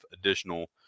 additional